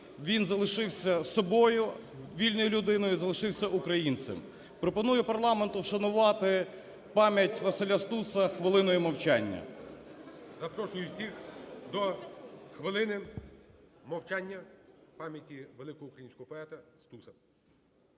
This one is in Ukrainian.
він залишився собою, вільною людиною, залишився українцем. Пропоную парламенту вшанувати пам'ять Василя Стуса хвилиною мовчання. ГОЛОВУЮЧИЙ. Запрошую всіх до хвилини мовчання пам'яті великого українського поета Стуса.